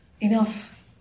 Enough